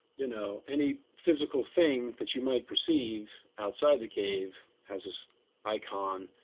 you know, any physical thing that you might perceive outside the cave has this icon,